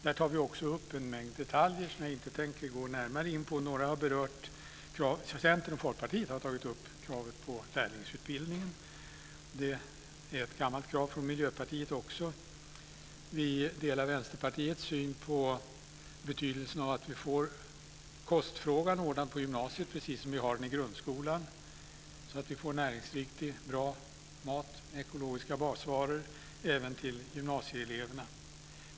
Där tar vi också upp en mängd detaljer som jag inte tänker gå närmare in på. Centern och Folkpartiet har tagit upp kravet på lärlingsutbildning. Det är ett gammalt krav från Miljöpartiet också. Vi delar Vänsterpartiets syn på betydelsen av att vi får kostfrågan ordnad på gymnasiet precis som vi har i grundskolan, så att vi får näringsriktig och bra mat, ekologiska basvaror, även till gymnasieeleverna.